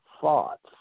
thoughts